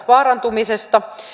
vaarantumisesta